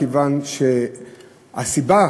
מכיוון שהסיבה,